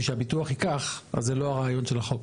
שהביטוח ייקח אז זה לא הרעיון של החוק.